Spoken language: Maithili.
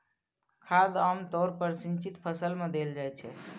खाद आम तौर पर सिंचित फसल मे देल जाइत छै